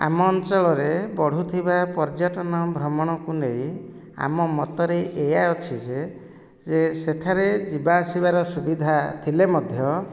ଆମ ଅଞ୍ଚଳରେ ବଢୁଥିବା ପର୍ଯ୍ୟଟନ ଭ୍ରମଣକୁ ନେଇ ଆମ ମତରେ ଏୟା ଅଛି ଯେ ଯେ ସେଠାରେ ଯିବା ଆସିବାର ସୁବିଧା ଥିଲେ ମଧ୍ୟ